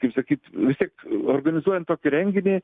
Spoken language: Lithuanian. kaip sakyt vistiek organizuojant tokį renginį